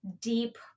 deep